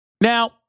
Now